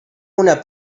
una